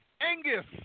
Angus